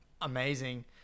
amazing